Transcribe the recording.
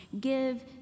give